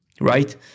Right